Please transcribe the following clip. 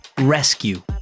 Rescue